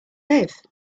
live